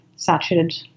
saturated